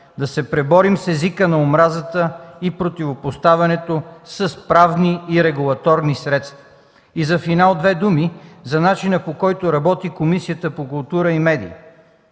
да се преборим с езика на омразата и противопоставянето с правни и регулаторни средства. И за финал две думи за начина, по който работи Комисията по култура и медии.